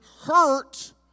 hurt